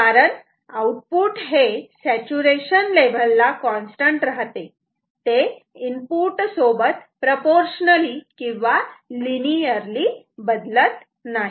कारण आउटपुट हे saturation level ला कॉन्स्टंट राहते ते इनपुटसोबत प्रोपोर्शनली किंवा लिनियरली बदलत नाही